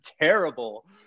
terrible